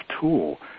tool